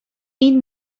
این